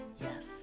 Yes